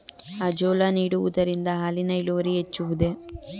Azolla ನೀಡುವುದರಿಂದ ಹಾಲಿನ ಇಳುವರಿ ಹೆಚ್ಚುವುದೇ?